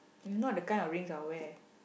you not the kind of rings I will wear